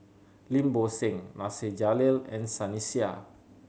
Lim Bo Seng Nasir Jalil and Sunny Sia